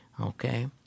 Okay